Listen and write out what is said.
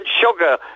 sugar